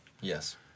Yes